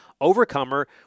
Overcomer